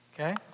Okay